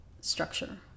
structure